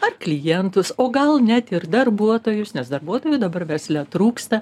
ar klientus o gal net ir darbuotojus nes darbuotojų dabar versle trūksta